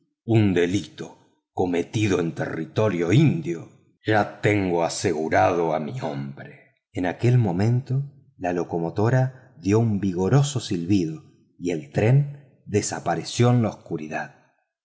un delito cometido en territorio indio ya tengo asegurado a mi hombre en aquel momento la locomotora dio un vigoroso silbido y el tren desapareció en la oscuridad